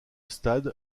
stade